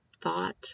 thought